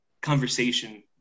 conversation